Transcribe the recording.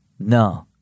No